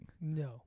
No